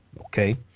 okay